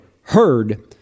heard